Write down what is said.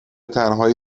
تنهایی